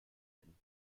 nennen